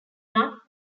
not